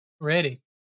ready